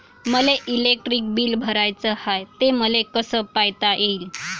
मले electric bill भराचं हाय, ते मले कस पायता येईन?